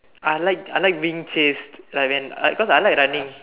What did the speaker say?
I like I like being chased like when cause I like running